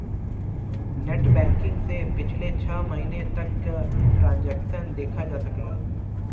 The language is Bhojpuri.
नेटबैंकिंग से पिछले छः महीने तक क ट्रांसैक्शन देखा जा सकला